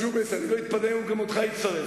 ג'ומס, אני לא אתפלא אם גם אותך הוא יצרף.